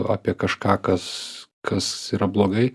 apie kažką kas kas yra blogai